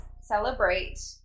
celebrate